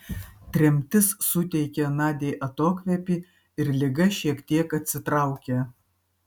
tremtis suteikė nadiai atokvėpį ir liga šiek tiek atsitraukė